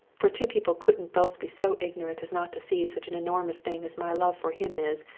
for two people couldn't both be so ignorant as not to see such an enormous thing as my love for him is,